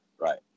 right